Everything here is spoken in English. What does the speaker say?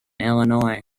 illinois